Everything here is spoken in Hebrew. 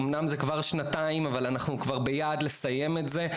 אומנם זה כבר שנתיים אבל אנחנו כבר ביעד לסיים את זה.